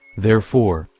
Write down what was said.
therefore,